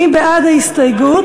מי בעד ההסתייגות,